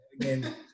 Again